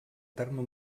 terme